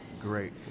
great